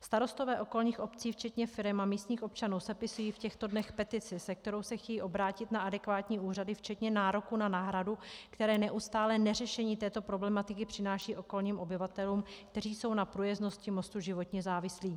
Starostové okolních obcí včetně firem a místních občanů sepisují v těchto dnech petici, se kterou se chtějí obrátit na adekvátní úřady včetně nároku na náhradu, které neustálé neřešení této problematiky přináší okolním obyvatelům, kteří jsou na průjezdnosti mostu životně závislí.